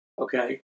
okay